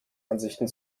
ansichten